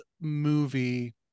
movie